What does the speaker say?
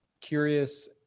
curious